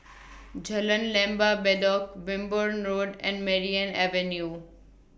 Jalan Lembah Bedok Wimborne Road and Merryn Avenue